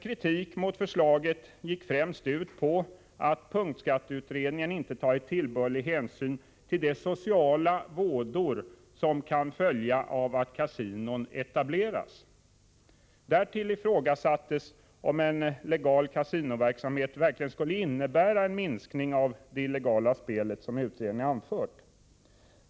Kritiken mot förslaget gick främst ut på att punktskatteutredningen inte hade tagit tillbörlig hänsyn till de sociala vådor som kan följa av att kasinon etableras. Därtill ifrågasattes om en legal kasinoverksamhet verkligen skulle innebära en minskning av det illegala spelet, som utredningen anfört.